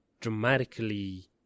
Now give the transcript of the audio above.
dramatically